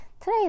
today